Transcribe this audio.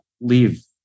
leave